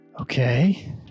Okay